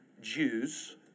Jews